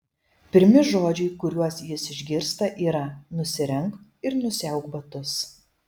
pirmi žodžiai kuriuos jis išgirsta yra nusirenk ir nusiauk batus